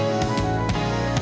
or